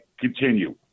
continue